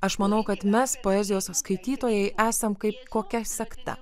aš manau kad mes poezijos skaitytojai esam kaip kokia sekta